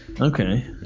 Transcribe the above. Okay